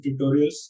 tutorials